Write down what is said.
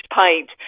pint